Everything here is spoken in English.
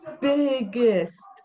biggest